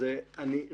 טוב, סבבה.